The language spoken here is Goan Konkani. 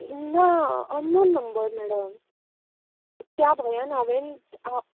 ना अननोन नंबर मॅडम त्या भंयान हांवें हा